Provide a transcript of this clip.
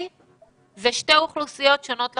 אלה שתי אוכלוסיות שונות לחלוטין.